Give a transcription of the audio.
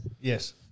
Yes